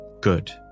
Good